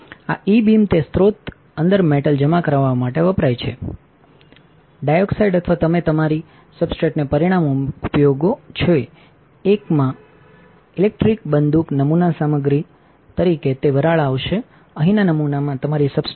આ e beam તે સ્ત્રોત અંદર મેટલ જમા કરવા માટે વપરાય છે ડાયોક્સાઇડ અથવા પર તમારી સબસ્ટ્રેટને પરિણામ ઉપયોગો છેએક માં ઇલેક્ટ્રિક બંદૂક નમૂના સામગ્રી અને તે વરાળ આવશેઅહીંના નમૂનામાંતમારી સબસ્ટ્રેટમાં